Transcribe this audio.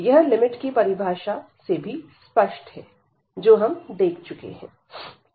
यह लिमिट की परिभाषा से भी स्पष्ट है जो हम देख चुके हैं